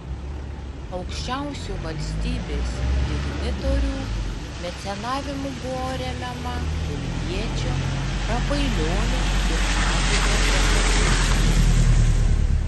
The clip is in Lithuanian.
aukščiausių valstybės dignitorių mecenavimu buvo remiama kulviečio rapailionio ir mažvydo reformacija